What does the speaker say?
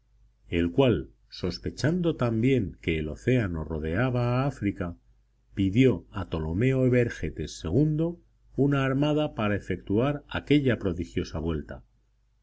el cual sospechando también que el océano rodeaba a áfrica pidió a tolomeo evergetes ii una armada para efectuar aquella prodigiosa vuelta